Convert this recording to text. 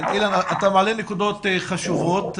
אתה מעלה נקודות חשובות.